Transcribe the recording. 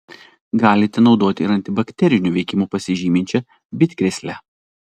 galite naudoti ir antibakteriniu veikimu pasižyminčią bitkrėslę